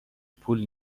پول